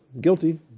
guilty